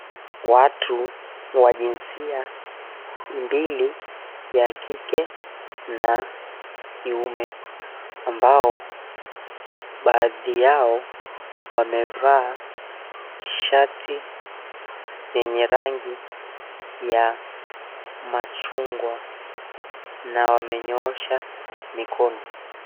Watu wa jinsia mbili ya kike na kiume ambao baadhi yao wamevaa shati yenye rangi ya machungwa na wamenyoosha mkono.